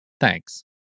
Thanks